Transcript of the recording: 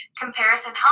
Comparison